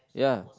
ya